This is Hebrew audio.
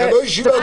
זה- -- לא לענות.